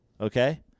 Okay